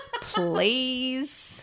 Please